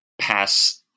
pass